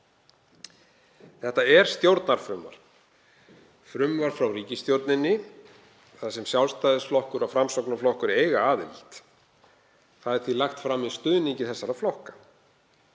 Þetta er stjórnarfrumvarp, frumvarp frá ríkisstjórninni þar sem Sjálfstæðisflokkur og Framsóknarflokkur eiga aðild. Það er því lagt fram með stuðningi þessara flokka.